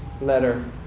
letter